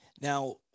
Now